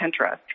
Pinterest